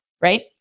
right